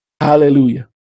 hallelujah